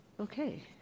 Okay